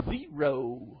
Zero